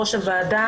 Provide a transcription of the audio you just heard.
הוועדה,